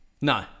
No